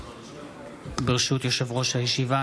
ברשות יושב-ראש הישיבה,